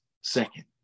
second